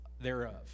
thereof